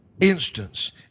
instance